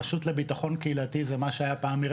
הרשות לביטחון קהילתי זה מה שהיה פעם עיר